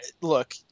look